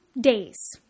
days